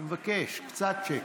אני מבקש קצת שקט,